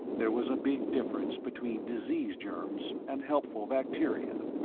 there was a big difference between disease germs and helpful bacteria.